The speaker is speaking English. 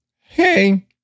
hey